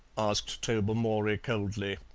asked tobermory coldly.